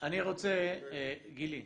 אני רוצה, גיא,